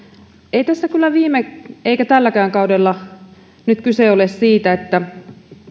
ei tässä kyllä viime eikä tälläkään kaudella kyse ole ollut siitä